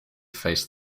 face